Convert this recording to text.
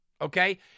Okay